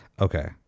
Okay